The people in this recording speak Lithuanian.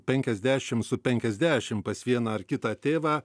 penkiasdešim su penkiasdešim pas vieną ar kitą tėvą